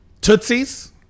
Tootsie's